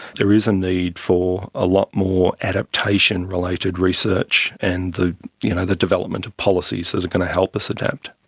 there is a need for a lot more adaptation related research and the you know the development of policies that are going to help us adapt.